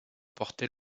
portait